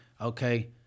Okay